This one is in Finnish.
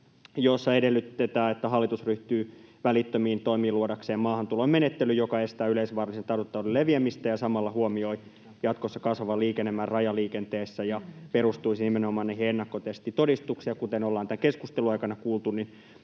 jossa edellytetään, että hallitus ryhtyy välittömiin toimiin luodakseen maahantulomenettelyn, joka estää yleisvaarallisen tartuntataudin leviämistä ja samalla huomioi jatkossa kasvavan liikennemäärän rajaliikenteessä ja perustuisi nimenomaan näihin ennakkotestitodistuksiin. Ja kuten ollaan tämän keskustelun aikana kuultu,